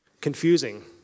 confusing